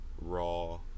Raw